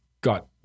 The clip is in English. got